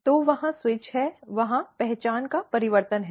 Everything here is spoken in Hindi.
तो वहाँ स्विच है वहाँ पहचान का परिवर्तन है